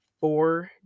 four